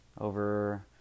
over